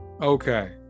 Okay